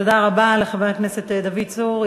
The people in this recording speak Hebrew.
תודה רבה לחבר הכנסת דוד צור.